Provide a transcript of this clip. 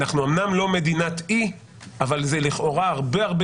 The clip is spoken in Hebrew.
אנחנו אמנם לא מדינת אי אבל זה לכאורה הרבה-הרבה